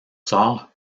sort